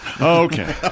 Okay